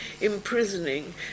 imprisoning